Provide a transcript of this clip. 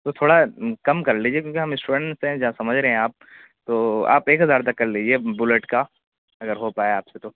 تو تھوڑا کم کر لیجیے کیونکہ ہم اسٹوڈنٹس ہیں سمجھ رہے ہیں آپ تو آپ ایک ہزار تک کر لیجیے بلٹ کا اگر ہو پائے آپ سے تو